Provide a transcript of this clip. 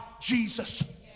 Jesus